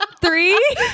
Three